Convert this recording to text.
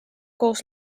koos